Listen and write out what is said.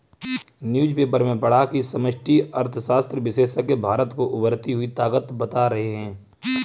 newspaper में पढ़ा की समष्टि अर्थशास्त्र विशेषज्ञ भारत को उभरती हुई ताकत बता रहे हैं